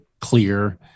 clear